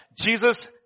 Jesus